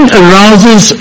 arouses